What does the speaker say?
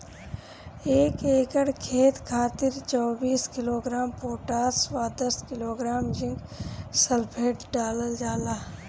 एक एकड़ खेत खातिर चौबीस किलोग्राम पोटाश व दस किलोग्राम जिंक सल्फेट डालल जाला?